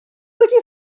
wedi